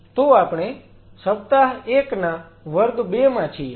તો આપણે સપ્તાહ 1 ના વર્ગ 2 માં છીએ